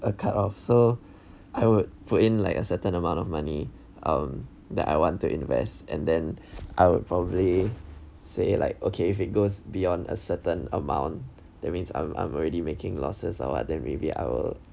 a cut of so I would put in like a certain amount of money um that I want to invest and then I would probably say like okay if it goes beyond a certain amount that means I'm I'm already making losses or what then maybe I will